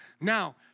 Now